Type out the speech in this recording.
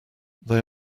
they